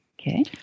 Okay